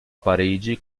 parigi